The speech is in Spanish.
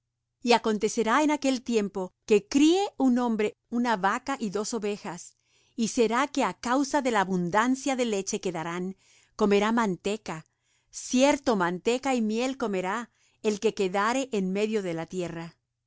y acontecerá en aquel tiempo que críe un hombre una vaca y dos ovejas y será que á causa de la abundancia de leche que darán comerá manteca cierto manteca y miel comerá el que quedare en medio de la tierra